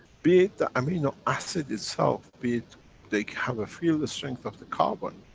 be it the amino acid itself, be it they have a field of strength of the carbon,